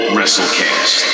Wrestlecast